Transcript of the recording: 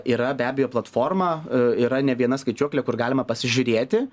yra be abejo platforma yra ne viena skaičiuoklė kur galima pasižiūrėti